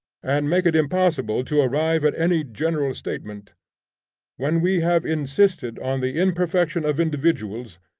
and make it impossible to arrive at any general statement when we have insisted on the imperfection of individuals,